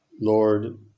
Lord